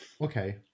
Okay